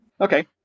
Okay